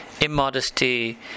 immodesty